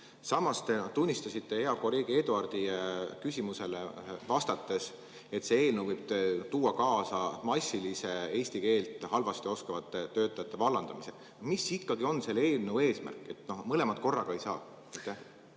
Samas te tunnistasite hea kolleegi Eduardi küsimusele vastates, et see eelnõu võib tuua kaasa eesti keelt halvasti oskavate töötajate massilise vallandamise. Mis ikkagi on selle eelnõu eesmärk? Mõlemat korraga ei saa.